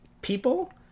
people